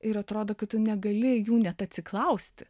ir atrodo kad tu negali jų net atsiklausti